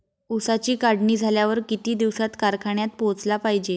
ऊसाची काढणी झाल्यावर किती दिवसात कारखान्यात पोहोचला पायजे?